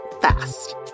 fast